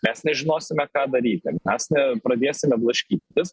mes nežinosime ką daryti mes ne pradėsime blaškytis